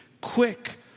quick